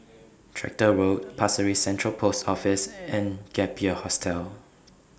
Tractor Road Pasir Ris Central Post Office and Gap Year Hostel